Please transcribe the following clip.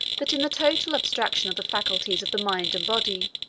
that in the total abstraction of the faculties of the mind and body,